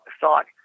thought